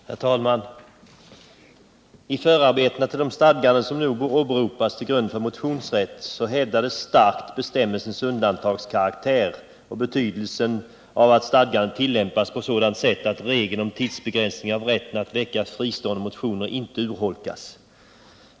Herr talman! I förarbetena till det stadgande som nu åberopas till grund för motionsrätt hävdades starkt bestämmelsens undantagskaraktär och betydelsen av att stadgandet tillämpas på sådant sätt att regeln om tidsbegränsning av rätten att väcka fristående motioner inte urholkas.